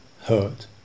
hurt